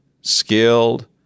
skilled